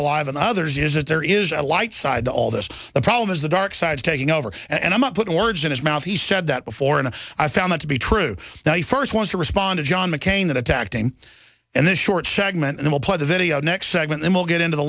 alive and others is that there is a light side to all this the problem is the dark side taking over and i'm not putting words in his mouth he said that before and i found that to be true that he first ones to respond to john mccain that attacked him and the short segment and we'll played the video next segment then we'll get into the